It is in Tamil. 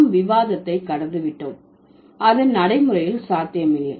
நாம் விவாதத்தை கடந்துவிட்டோம் அது நடைமுறையில் சாத்தியமில்லை